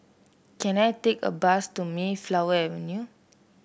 can I take a bus to Mayflower Avenue